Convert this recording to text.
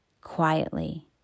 quietly